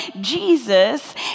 Jesus